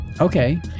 Okay